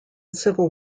civil